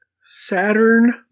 Saturn